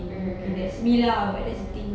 mm mm mm mm mm